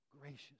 gracious